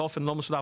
באופן לא מסודר',